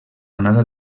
onada